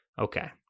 okay